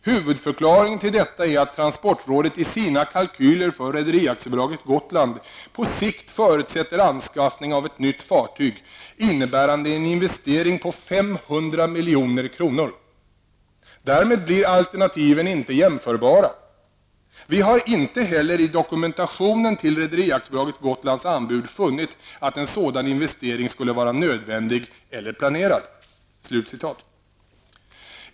Huvudförklaringen till detta är att transportrådet i sina kalkyler för Rederi AB Gotland på sikt förutsätter anskaffning av ett nytt fartyg innebärande en investering på ca 500 milj.kr. Därmed blir alternativen inte jämförbara. Vi har inte heller i dokumentationen till Rederi AB Gotlands anbud funnit att en sådan investering skulle vara nödvändig eller planerad.''